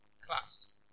class